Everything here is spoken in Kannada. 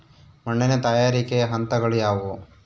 ಮಣ್ಣಿನ ತಯಾರಿಕೆಯ ಹಂತಗಳು ಯಾವುವು?